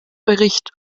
bericht